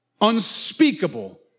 unspeakable